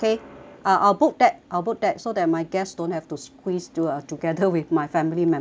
ah I'll book that I'll book that so that my guests don't have to squeeze to uh together with my family members